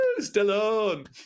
Stallone